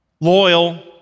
loyal